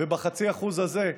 וב-0.5% הזה,